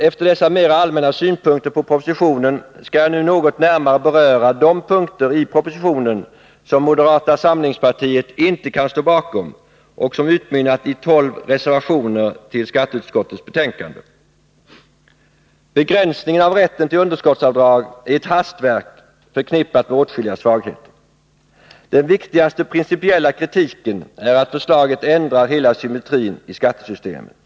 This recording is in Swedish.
Efter dessa mera allmänna synpunkter på propositionen skall jag nu något närmare beröra de punkter i propositionen som moderata samlingspartiet inte kan stå bakom, och som utmynnat i tolv reservationer till skatteutskottets betänkande. Begränsningen av rätten till underskottsavdrag är ett hastverk förknippat med åtskilliga svagheter. Den viktigaste principiella kritiken är att förslaget ändrar hela symmetrin i skattesystemet.